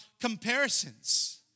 comparisons